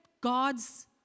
God's